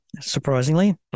surprisingly